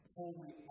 holy